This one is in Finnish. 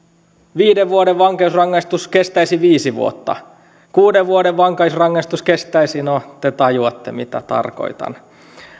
viiden vuoden vankeusrangaistus kestäisi viisi vuotta kuuden vuoden vankeusrangaistus kestäisi no te tajuatte mitä tarkoitan